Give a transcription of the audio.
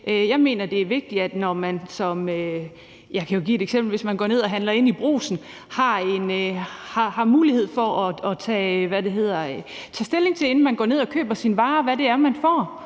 Jeg mener – for at give et eksempel – det er vigtigt, når man går ned og handler i Brugsen, at man har mulighed for at tage stilling til, inden man går ned og køber sine varer, hvad det er, man får.